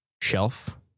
shelf